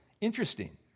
interesting